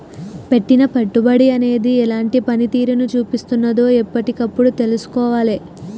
పెట్టిన పెట్టుబడి అనేది ఎలాంటి పనితీరును చూపిస్తున్నదో ఎప్పటికప్పుడు తెల్సుకోవాలే